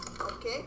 Okay